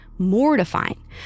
Mortifying